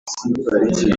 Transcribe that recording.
avuga